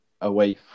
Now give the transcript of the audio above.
away